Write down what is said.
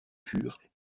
pures